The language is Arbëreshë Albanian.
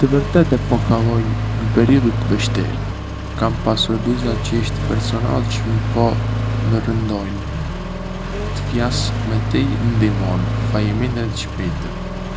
Në të vërtetë, po kaloj një periudhë të vështirë. Kam pasur disa çështje personale çë më po më rëndojnë. Të flas me ty më ndihmon, faleminderit çë pyete.